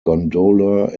gondola